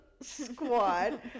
squad